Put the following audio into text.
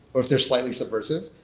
or if they're slightly subversive.